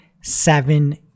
seven